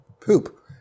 Poop